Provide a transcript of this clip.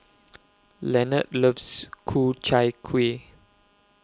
Lenard loves Ku Chai Kuih